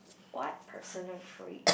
what personal trait